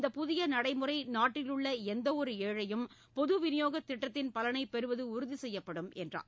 இந்தப் புதிய நடைமுறை நாட்டிலுள்ள எந்தவொரு ஏழையும் பொது விநியோக திட்டத்தின் பலனை பெறுவது உறுதி செய்யப்படும் என்றார்